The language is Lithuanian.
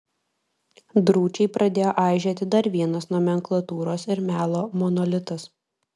drūčiai pradėjo aižėti dar vienas nomenklatūros ir melo monolitas